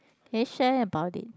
can you share about it